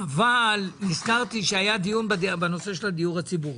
אבל נזכרתי שהיה דיון בנושא של הדיור הציבורי.